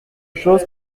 chose